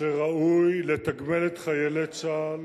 שראוי לתגמל את חיילי צה"ל